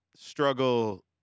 struggle